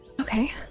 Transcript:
Okay